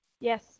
Yes